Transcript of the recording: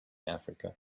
africa